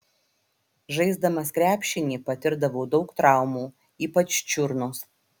žaisdamas krepšinį patirdavau daug traumų ypač čiurnos